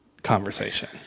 conversation